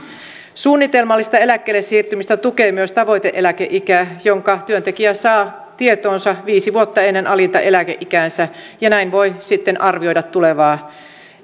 suunnitelmallista eläkkeelle siirtymistä tukee myös tavoite eläkeikä jonka työntekijä saa tietoonsa viisi vuotta ennen alinta eläkeikäänsä ja näin voi sitten arvioida tulevaa